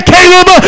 Caleb